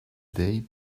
day